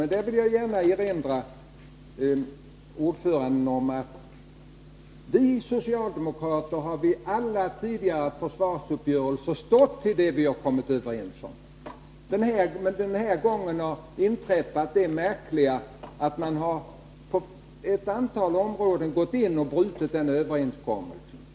Men jag vill gärna erinra utskottets ordförande om att vi socialdemokrater vid alla tidigare försvarsuppgörelser har stått vid det vi har kommit överens om. Den här perioden har det märkliga inträffat att man på ett antal områden har gått in och brutit en överenskommelse.